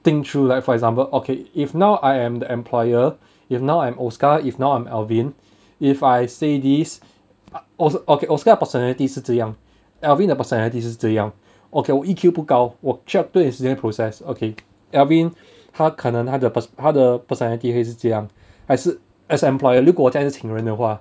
think through like for example okay if now I am the employer if now I'm oscar if now I'm alvin if I say these os~ okay oscar 的 personality 是这样 alvin 的 personality 是这样 okay 我 E_Q 不高我 process okay alvin 他可能他的 per~ 他的 personality 就是这样还是 as employer 如果我现在就请人的话